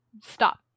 Stop